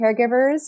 caregivers